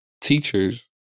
teachers